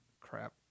crap